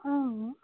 অঁ